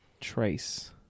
trace